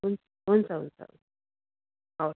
हुन् हुन्छ हुन्छ हवस्